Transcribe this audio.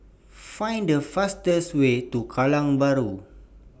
Find The fastest Way to Kallang Bahru